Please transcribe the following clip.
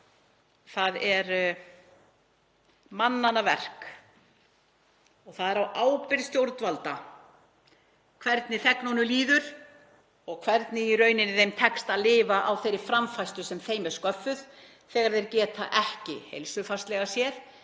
Það er mannanna verk og það er á ábyrgð stjórnvalda hvernig þegnunum líður og hvernig þeim tekst að lifa á þeirri framfærslu sem þeim er sköffuð þegar þeir geta ekki vegna heilsufars,